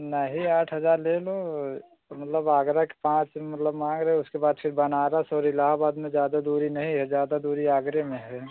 नहीं आठ हज़ार ले लो तो मतलब आगरा के पाँच मतलब माँग रहे हो उसके बाद फिर बनारस और इलाहाबाद में ज़्यादा दूरी नहीं है ज़्यादा दूरी आगरे में है